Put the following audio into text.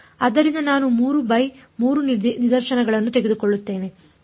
ಆದ್ದರಿಂದ ನಾನು 3 ಬೈ 3 ನಿದರ್ಶನವನ್ನು ತೆಗೆದುಕೊಳ್ಳುತ್ತೇನೆ